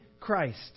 Christ